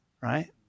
right